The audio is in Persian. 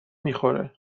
میخوره